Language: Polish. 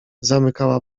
zamykała